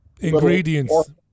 ingredients